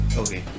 okay